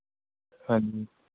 ਹਾਂਜੀ